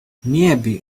nearby